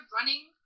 running